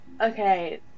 Okay